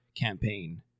campaign